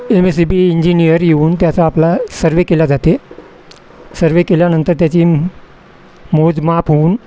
M S C B engineer येऊन त्याचा आपला सर्वे केला जाते सर्वे केल्यानंतर त्याची मोज माप होऊन